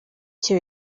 icyo